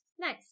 Nice